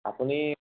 আপুনি